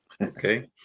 Okay